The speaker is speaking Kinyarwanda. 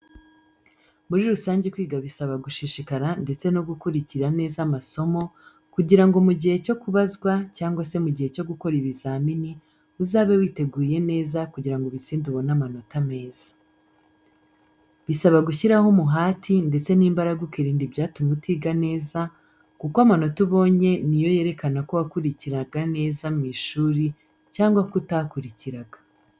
Muri rusange kwiga bisaba gushishikara ndetse no gukurikira neza amasomo kugira ngo mu gihe cyo kubazwa cyangwa se cyo gukora ibizamini uzabe witeguye neza kugira ngo ubitsinde ubone amanota meza. Bisaba gushyiraho umuhati ndetse n'imbaraga ukirinda ibyatuma utiga neza kuko amanota ubonye ni yo yerekana ko wakurikiraga neza mu ishuri cyangwa ko utakurikiraga.